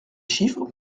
chiffres